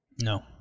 No